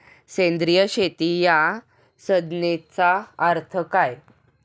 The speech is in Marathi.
सेंद्रिय शेती या संज्ञेचा अर्थ काय?